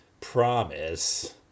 promise